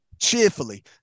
cheerfully